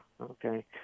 Okay